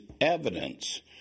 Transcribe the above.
evidence